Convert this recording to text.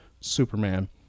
Superman